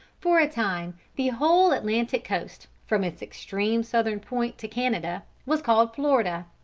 for a time the whole atlantic coast, from its extreme southern point to canada, was called florida.